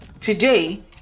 today